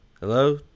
Hello